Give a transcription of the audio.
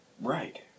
Right